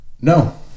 No